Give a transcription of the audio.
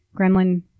gremlin